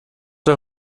der